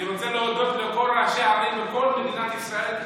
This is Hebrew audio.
אני רוצה להודות לכל ראשי הערים בכל מדינת ישראל,